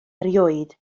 erioed